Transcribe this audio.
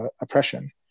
oppression